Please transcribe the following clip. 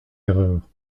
erreur